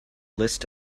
list